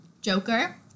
Joker